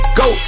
go